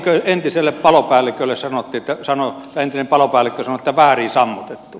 se on niin kuin entinen palopäällikkö sanoi että väärin sammutettu